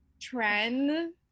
trend